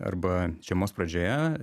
arba žiemos pradžioje